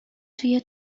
توی